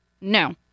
No